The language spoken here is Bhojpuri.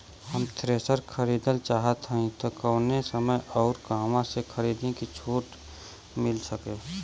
हम थ्रेसर खरीदल चाहत हइं त कवने समय अउर कहवा से खरीदी की कुछ छूट मिल सके?